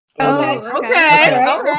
okay